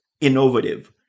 innovative